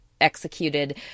executed